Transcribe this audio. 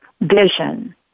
Vision